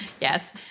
Yes